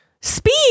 Speed